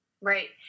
Right